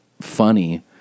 funny